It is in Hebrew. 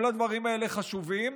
כל הדברים האלה חשובים,